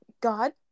god